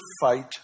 fight